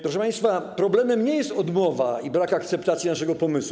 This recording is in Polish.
Proszę państwa, problemem nie jest odmowa i brak akceptacji naszego pomysłu.